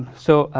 so,